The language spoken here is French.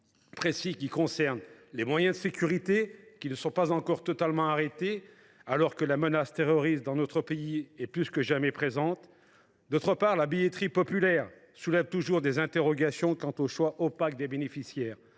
que les moyens de sécurité ne sont pas encore totalement arrêtés, alors que la menace terroriste dans notre pays est plus présente que jamais. Ensuite, la billetterie populaire soulève toujours des interrogations quant au choix opaque des bénéficiaires.